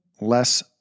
less